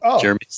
Jeremy